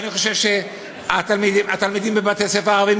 ואני חושב שהתלמידים בבתי-הספר הערביים